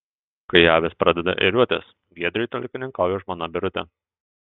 kai avys pradeda ėriuotis giedriui talkininkauja žmona birutė